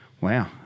Wow